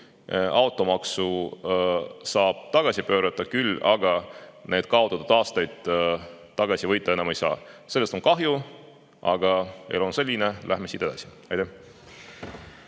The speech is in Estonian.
Automaksu saab tagasi pöörata küll, aga neid kaotatud aastaid enam tagasi võita ei saa. Sellest on kahju, aga elu on selline. Läheme siit edasi. Aitäh!